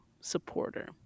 supporter